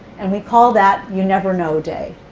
and we call that you never know day.